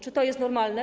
Czy to jest normalne?